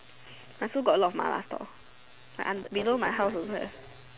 my school got a lot of mala store like und~ below my house also have